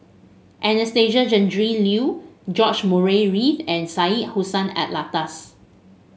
Anastasia Tjendri Liew George Murray Reith and Syed Hussein Alatas